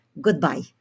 Goodbye